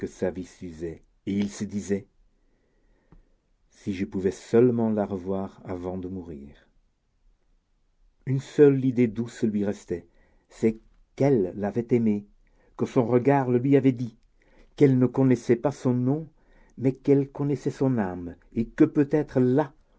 s'usait et il se disait si je pouvais seulement la revoir avant de mourir une seule idée douce lui restait c'est qu'elle l'avait aimé que son regard le lui avait dit qu'elle ne connaissait pas son nom mais qu'elle connaissait son âme et que peut-être là